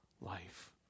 life